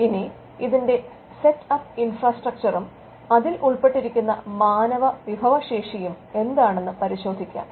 ഇനി അതിന്റെ set up ഇൻഫ്രാസ്ട്രക്ചറും അതിൽ ഉൾപ്പെട്ടിരിക്കുന്ന മാനവ വിഭവശേഷിയും എന്താണെന്ന് പരിശോധിക്കാം